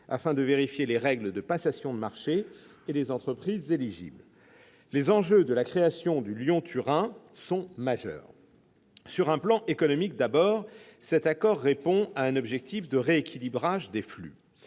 afin de vérifier les règles de passation de marché et les entreprises éligibles. Les enjeux de la création du tunnel Lyon-Turin sont majeurs. Sur un plan économique, d'abord, cet accord répond à un objectif de rééquilibrage des flux.